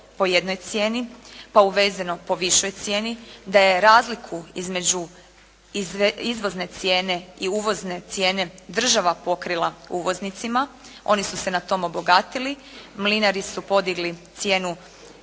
po jednoj cijeni, pa uvezeno po višoj cijeni, da je razliku između izvozne cijene i uvozne cijene država pokrila uvoznicima, oni su se na tom obogatili, mlinari su podigli cijenu